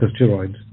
corticosteroids